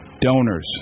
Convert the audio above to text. Donors